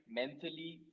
mentally